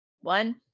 One